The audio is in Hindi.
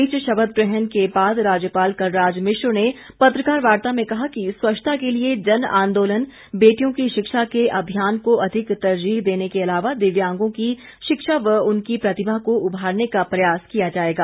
इस बीच शपथ ग्रहण के बाद राज्यपाल कलराज मिश्र ने पत्रकार वार्ता में कहा कि स्वच्छता के लिए जन आंदोलन बेटियों की शिक्षा के अभियान को अधिक तरजीह देने के अलावा दिव्यांगों की शिक्षा व उनकी प्रतिभा को उभारने का प्रयास किया जाएगा